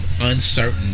uncertain